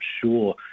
sure